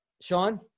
Sean